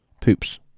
Poops